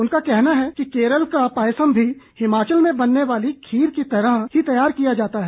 उनका कहना है कि केरल का पायसम भी हिमाचल में बनने वाली खीर की तरह ही तैयार किया जाता है